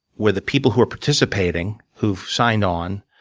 where the people who are participating, who've signed on,